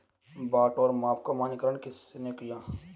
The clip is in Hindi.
बाट और माप का मानकीकरण किसने किया?